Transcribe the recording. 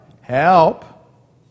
help